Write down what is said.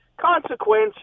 Consequence